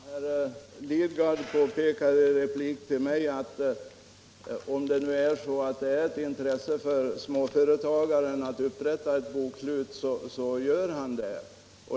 Herr talman! Herr Lidgard sade som en replik till mig att om det är ett intresse för en småföretagare att upprätta bokslut så gör han det.